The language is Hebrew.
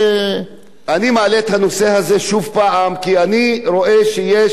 כי אני רואה שנעשה עוול לעובדים האלה.